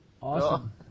Awesome